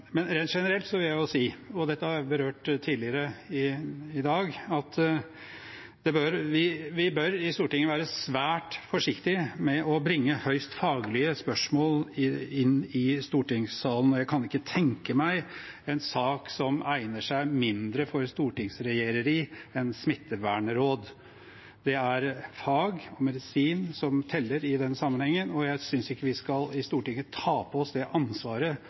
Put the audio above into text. Rent generelt vil jeg si – og dette har jeg berørt tidligere i dag – at vi bør i Stortinget være svært forsiktige med å bringe høyst faglige spørsmål inn i stortingssalen. Jeg kan ikke tenke meg en sak som egner seg mindre for stortingsregjereri enn smittevernråd. Det er fag og medisin som teller i den sammenhengen, og jeg synes ikke vi i Stortinget skal ta på oss det ansvaret